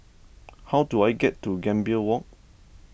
how do I get to Gambir Walk